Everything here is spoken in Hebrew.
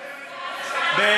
אומר לך סגן השר, באמת,